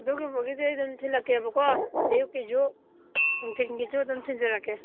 ꯑꯗꯨꯒꯨꯝꯕꯒꯤꯗꯤ ꯑꯩ ꯑꯗꯨꯝ ꯊꯤꯜꯂꯛꯀꯦꯕꯀꯣ ꯑꯌꯨꯛꯀꯤꯁꯨ ꯅꯨꯡꯊꯤꯟꯒꯤꯁꯨ ꯑꯗꯨꯝ ꯊꯤꯟꯖꯔꯛꯀꯦ